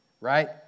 right